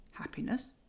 Happiness